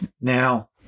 Now